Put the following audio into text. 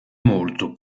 molto